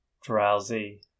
drowsy